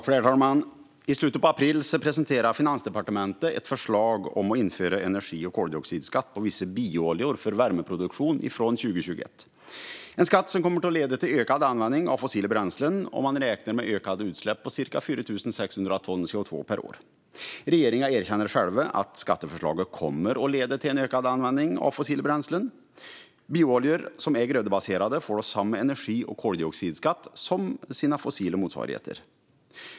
Herr talman! I slutet av april presenterade Finansdepartementet ett förslag om att införa energi och koldioxidskatt på vissa biooljor för värmeproduktion från 2021. Det är en skatt som kommer att leda till ökad användning av fossila bränslen, och man räknar med ökade utsläpp om ca 4 600 ton CO2 per år. Regeringen erkänner själv att skatteförslaget kommer att leda till ökad användning av fossila bränslen. Biooljor, som är grödebaserade, får samma energi och koldioxidskatt som sina fossila motsvarigheter.